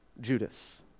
Judas